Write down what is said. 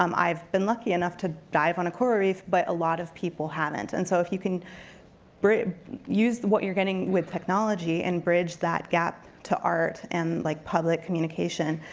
um i've been lucky enough to dive on a coral reef, but a lot of people haven't and so if you can use what you're getting with technology, and bridge that gap to art, and like public communication,